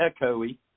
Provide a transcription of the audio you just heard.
echoey